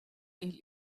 eel